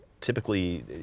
Typically